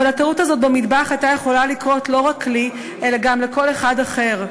אבל הטעות הזאת במטבח הייתה יכולה לקרות לא רק לי אלא גם לכל אחד אחר,